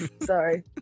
Sorry